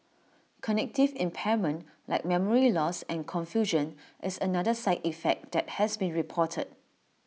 cognitive impairment like memory loss and confusion is another side effect that has been reported